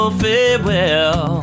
farewell